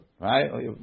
Right